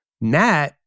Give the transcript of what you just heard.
Nat